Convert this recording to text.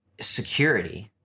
security